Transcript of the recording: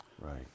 Right